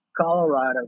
Colorado